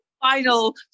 Final